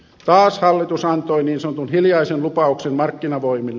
taas hallitus antoi niin sanotun hiljaisen lupauksen markkinavoimille